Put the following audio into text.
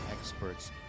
experts